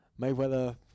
Mayweather